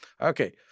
Okay